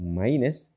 minus